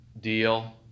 deal